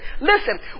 listen